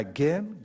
Again